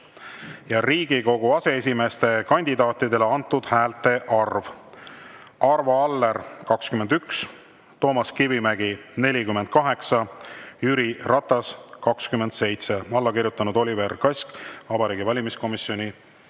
1. Riigikogu aseesimeeste kandidaatidele antud häälte arv: Arvo Aller – 21, Toomas Kivimägi – 48, Jüri Ratas – 27. Alla on kirjutanud Oliver Kask, Vabariigi Valimiskomisjoni